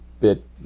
bit